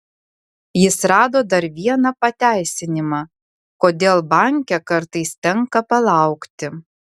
jis rado dar vieną pateisinimą kodėl banke kartais tenka palaukti